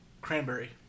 cranberry